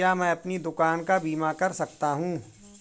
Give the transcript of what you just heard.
क्या मैं अपनी दुकान का बीमा कर सकता हूँ?